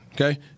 Okay